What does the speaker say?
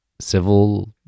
civil